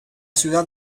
ciudad